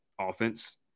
offense